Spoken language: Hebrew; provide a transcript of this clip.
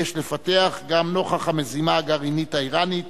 יש לפתח גם נוכח המזימה הגרעינית האירנית